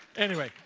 anyway,